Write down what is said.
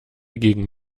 gegen